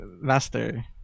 Master